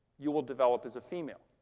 you will develop as a female,